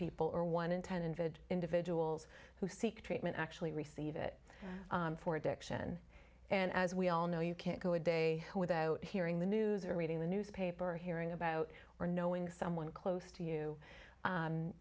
people or one in ten invalid individuals who seek treatment actually receive it for addiction and as we all know you can't go a day without hearing the news or reading the newspaper or hearing about or knowing someone close to you